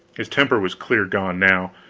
his temper was clear gone now,